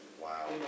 Wow